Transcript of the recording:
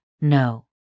no